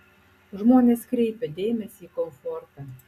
žmonės kreipia dėmesį į komfortą